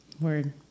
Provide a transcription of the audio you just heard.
Word